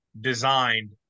designed